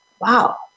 wow